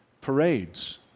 parades